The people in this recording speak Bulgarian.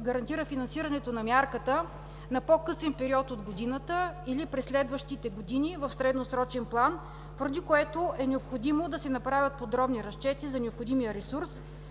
гарантира финансирането на мярката на по-късен период от годината или през следващите години в средносрочен план, поради което е необходимо да се направят подробни разчети за необходимия ресурс